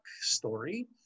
story